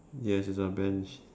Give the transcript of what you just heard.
yes it's a bench